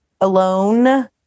alone